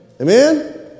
Amen